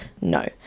no